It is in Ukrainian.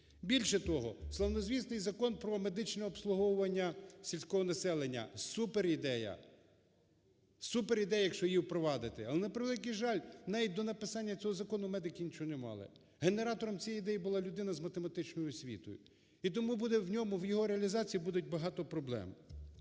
Більше того, славнозвісний Закон про медичне обслуговування сільського населення. Супер ідея, супер ідея, якщо її впровадити. Але, на превеликий жаль, навіть до написання цього закону медики нічого не мали. Генератором цієї ідеї була людина з математичною освітою і тому в його реалізації буде багато проблем.